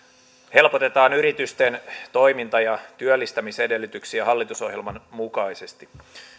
helpotetaan yritysten toiminta ja työllistämisedellytyksiä hallitusohjelman mukaisesti